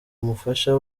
umufasha